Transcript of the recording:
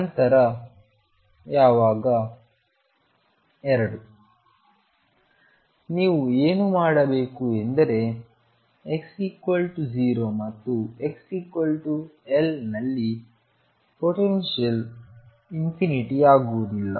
ನಂತರ ಯಾವಾಗ 2 ನೀವು ಏನು ಮಾಡಬೇಕು ಎಂದರೆ x0 ಮತ್ತು xL ನಲ್ಲಿ ಪೊಟೆನ್ಶಿಯಲ್ ಆಗುವುದಿಲ್ಲ